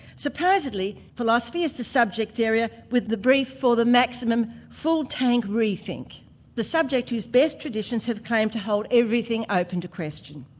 supposedly, philosophy is the subject area with the brief for a maximum full-tank re-think the subject whose best traditions have claimed to hold everything open to question.